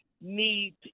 need